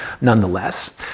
nonetheless